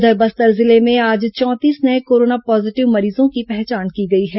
उधर बस्तर जिले में आज चौंतीस नये कोरोना पॉजीटिव मरीजों की पहचान की गई है